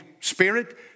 Spirit